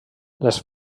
les